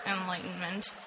enlightenment